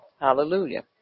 Hallelujah